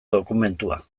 dokumentua